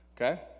Okay